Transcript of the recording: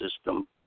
system